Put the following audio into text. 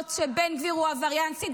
את עבריינית,